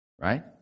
Right